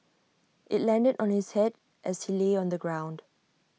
IT landed on his Head as he lay on the ground